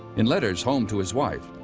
in letters home to his wife,